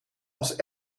als